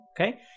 okay